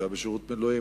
הוא היה בשירות מילואים,